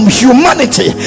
humanity